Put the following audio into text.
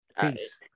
Peace